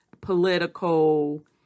political